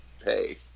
pay